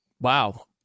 wow